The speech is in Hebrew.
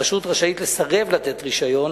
הרשות רשאית לסרב לתת רשיון